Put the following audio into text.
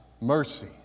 mercy